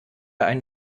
einen